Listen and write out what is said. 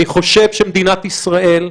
אני חושב שמדינת ישראל,